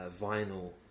vinyl